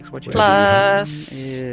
Plus